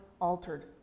altered